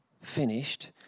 finished